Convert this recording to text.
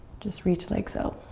just reach like so.